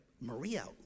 maria